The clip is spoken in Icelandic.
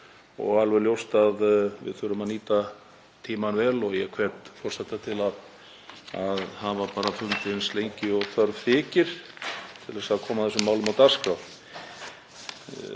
og alveg ljóst að við þurfum að nýta tímann vel. Ég hvet forseta til að hafa fundi eins lengi og þörf þykir til að koma þessum málum á dagskrá.